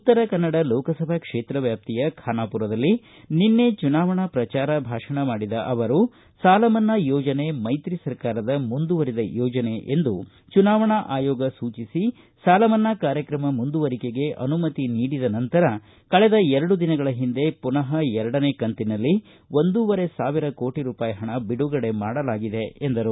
ಉತ್ತರ ಕನ್ನಡ ಲೋಕಸಭಾ ಕ್ಷೇತ್ರ ವ್ಯಾಪ್ತಿಯ ಖಾನಾಪೂರದಲ್ಲಿ ನಿನ್ನೆ ಚುನಾವಣಾ ಪ್ರಚಾರ ಭಾಷಣ ಮಾಡಿದ ಅವರು ಸಾಲ ಮನ್ನಾ ಯೋಜನೆ ಮೈತ್ರಿ ಸರ್ಕಾರದ ಮುಂದುವರೆದ ಯೋಜನೆ ಎಂದು ಚುನಾವಣೆ ಆಯೋಗ ಸೂಚಿಸಿ ಸಾಲಮನ್ನಾ ಕಾರ್ಯಕ್ರಮ ಮುಂದುವರಿಕೆಗೆ ಅನುಮತಿ ನೀಡಿದ ನಂತರ ಕಳೆದ ಎರಡು ದಿನಗಳ ಹಿಂದೆ ಪುನಃ ಎರಡನೇ ಕಂತಿನಲ್ಲಿ ಒಂದೂವರೆ ಸಾವಿರ ಕೋಟಿ ಹಣ ಬಿಡುಗಡೆ ಮಾಡಲಾಗಿದೆ ಎಂದರು